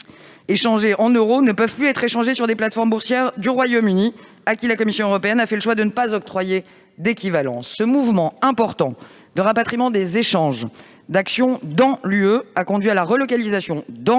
échangées en euros ne peuvent plus être échangées sur les plateformes boursières du Royaume-Uni à qui la Commission européenne a décidé de ne pas octroyer d'équivalence. Ce mouvement important de rapatriement des échanges d'actions dans l'Union européenne a conduit à la relocalisation dans